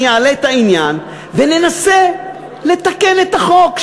אני אעלה את העניין וננסה לתקן את החוק,